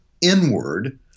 inward